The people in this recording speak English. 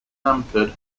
hampered